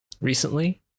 recently